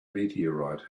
meteorite